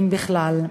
אם בכלל.